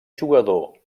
jugador